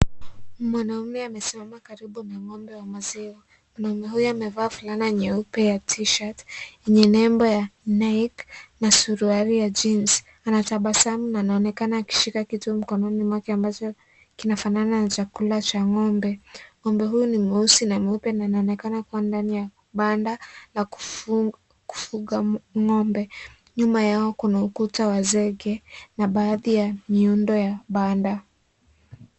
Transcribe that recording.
Mwanaume amesimama karubu na ng'ombe wa maziwa . mwanaume huyu amevaa fulana nyeupe ya tishat lenye nembo ya 'NIKE' na suruali ya jeans (cs). Anatabasamu anaonekana akishika kitu mkononi mwake ambacho kinafanana na chakula cha ng'ombe . ngombe huyu ni mweusi na mweupe na inaoneksna kuwa ndani ya kibanda la kufuga ng'ombe nyuma yao kuna ukuta wa zege na baadhi ya miundo ya banda ya kufuga ng'ombe.